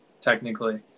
technically